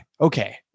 okay